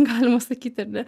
galima sakyti ar ne